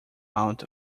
out